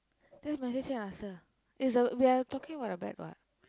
just message her and ask her is uh we are talking about the bet what